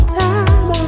time